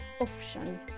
option